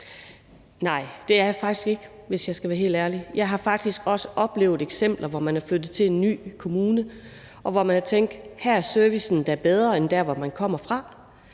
Nej, det har jeg faktisk ikke, hvis jeg skal være helt ærlig. Jeg har faktisk også oplevet eksempler, hvor man er flyttet til en ny kommune, og hvor man har tænkt, at her er servicen da bedre end dér, hvor man kommer fra.